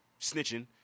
snitching